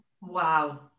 Wow